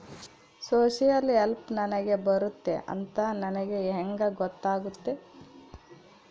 Social help ನನಗೆ ಬರುತ್ತೆ ಅಂತ ನನಗೆ ಹೆಂಗ ಗೊತ್ತಾಗುತ್ತೆ?